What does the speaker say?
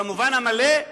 במובן המלא,